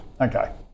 Okay